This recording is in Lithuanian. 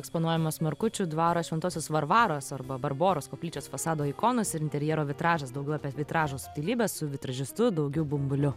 eksponuojamos markučių dvaro šventosios varvaros arba barboros koplyčios fasado ikonos ir interjero vitražas daugiau apie vitražo subtilybes su vitražistu daugiu bumbuliu